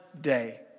day